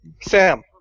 Sam